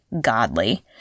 godly